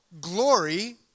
glory